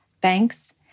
banks